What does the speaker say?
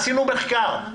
עשינו מחקר.